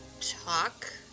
talk